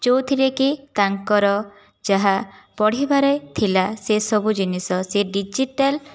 ଯେଉଁଥିରେକି ତାଙ୍କର ଯାହା ପଢ଼ିବାରେ ଥିଲା ସେସବୁ ଜିନିଷ ସେ ଡିଜିଟାଲ